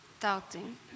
Doubting